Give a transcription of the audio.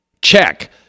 Check